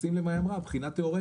שים לב מה היא אמרה, בחינה תיאורטית.